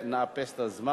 אם הם